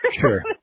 Sure